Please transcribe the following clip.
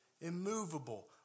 immovable